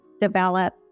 develop